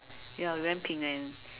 ya we went Penang